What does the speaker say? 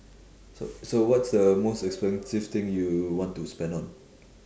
so so what's the most expensive thing you want to spend on